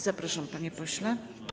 Zapraszam, panie pośle.